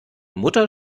mutter